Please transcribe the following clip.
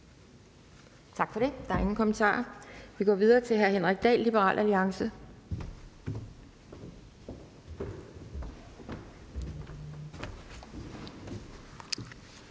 Tak for det. Der er ingen kommentarer. Vi går videre til hr. Henrik Dahl, Liberal Alliance.